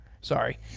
Sorry